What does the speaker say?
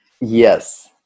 Yes